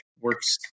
works